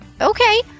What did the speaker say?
Okay